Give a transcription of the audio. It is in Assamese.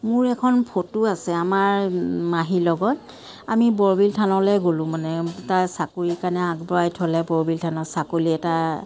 মোৰ এখন ফটো আছে আমাৰ মাহীৰ লগত আমি বৰবিল থানলৈ গ'লোঁ মানে তাই চাকৰিৰ কাৰণে আগবঢ়াই থ'লে বৰবিল থানত ছাগলী এটা